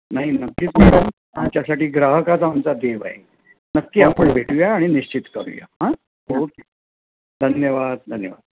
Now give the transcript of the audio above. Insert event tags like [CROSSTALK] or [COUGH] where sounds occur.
नाही नक्कीच [UNINTELLIGIBLE] आमच्यासाठी ग्राहकच आमचा देव आहे नक्की आपण भेटूया आणि निश्चीत करुया हं ओके धन्यवाद धन्यवाद